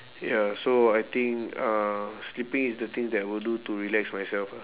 ya so I think uh sleeping is the thing that will do to relax myself ah